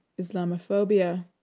Islamophobia